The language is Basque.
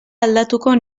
aldatuko